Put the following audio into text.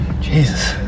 Jesus